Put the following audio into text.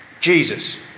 Jesus